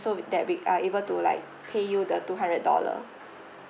so we that we are able to like pay you the two hundred dollar